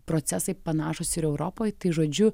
procesai panašūs ir europoje tai žodžiu